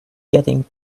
getting